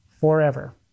forever